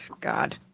God